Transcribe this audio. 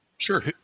Sure